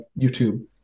YouTube